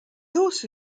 also